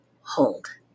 hold